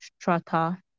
strata